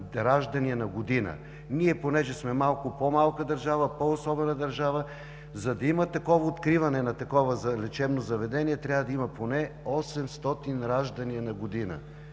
раждания на година. Ние понеже сме по-малка държава, по-особена държава, за да има откриване на такова лечебно заведение, трябва да има поне 800 раждания на година.